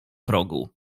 progu